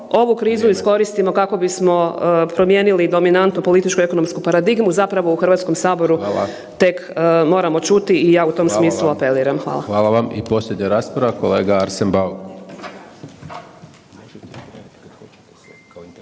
ovu krizu iskoristimo kako bismo promijenili dominantnu političku ekonomsku paradigmu zapravo u Hrvatskom saboru tek moramo čuti i ja u tom smislu apeliram. Hvala. **Hajdaš Dončić, Siniša (SDP)** Hvala vam.